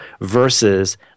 versus